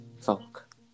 folk